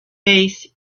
base